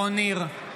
מר הפקרה.